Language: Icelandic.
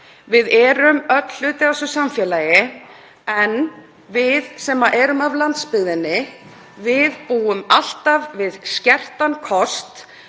Við erum öll hluti af þessu samfélagi en við sem erum af landsbyggðinni búum alltaf við skertan kost.